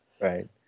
right